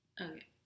Okay